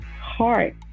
heart